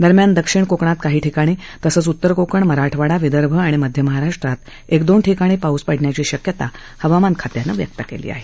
दरम्यान दक्षिण कोकणात काही ठिकाणी तसंच उत्तर कोकण मराठवाडा विदर्भ तसंच मध्य महाराष्ट्रात एक दोन ठिकाणी पाऊस पडण्याची शक्यता हवामान खात्यानं व्यक्त केली आहे